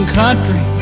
country